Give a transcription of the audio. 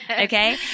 okay